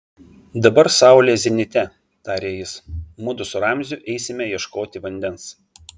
dabar saulė zenite tarė jis mudu su ramziu eisime ieškoti vandens